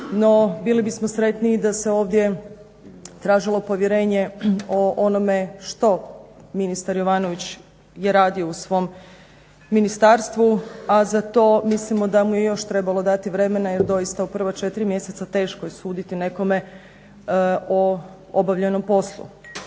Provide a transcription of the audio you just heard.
bili bismo sretniji da se ovdje tražilo povjerenje o onome što ministar Jovanović je radio u svom ministarstvu, a za to mislimo da mu je još trebalo dati vremena jer doista u prva 4 mjeseca teško je suditi nekome o obavljenom poslu.